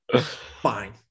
Fine